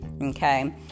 okay